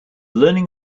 learning